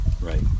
Right